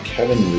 Kevin